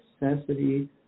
necessity